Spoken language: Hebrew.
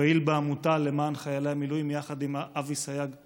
פעיל בעמותה למען חיילי המילואים יחד עם אבי סייג,